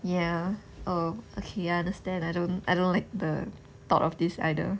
ya oh okay understand I don't I don't like the thought of this either